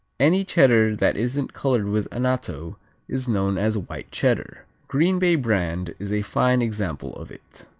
any cheddar that isn't colored with anatto is known as white cheddar. green bay brand is a fine example of it.